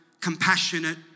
compassionate